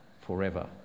forever